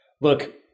look